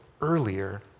earlier